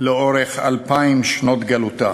לאורך אלפיים שנות גלות.